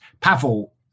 Pavel